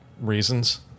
reasons